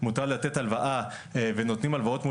מותר לתת הלוואה ונותנים הלוואות מול